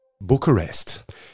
Bucharest